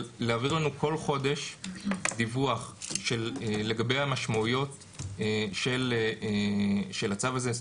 אבל להעביר לנו כל חודש דיווח לגבי המשמעויות של הצו הזה.